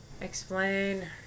Explain